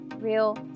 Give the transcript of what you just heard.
real